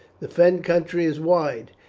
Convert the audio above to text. the fen country is wide,